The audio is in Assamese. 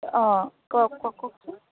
অ কওক কওকচোন